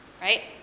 Right